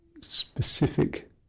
specific